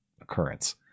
occurrence